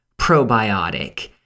probiotic